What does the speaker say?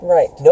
Right